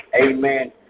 amen